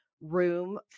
room